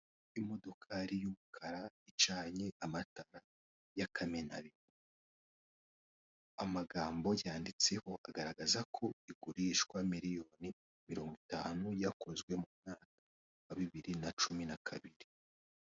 Imodokari y'umukara icanye amatara ya kamenabihu, amagambo yanditseho agaragaza ko igurishwa miliyoni mirongo itanu, yakozwe mu mwaka wa bibiri na cumi na kabiri.